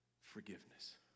forgiveness